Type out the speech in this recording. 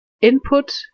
Input